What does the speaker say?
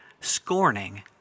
scorning